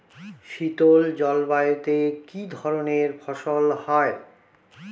শীতল জলবায়ুতে কি ধরনের ফসল হয়?